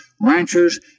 ranchers